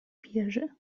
wierzy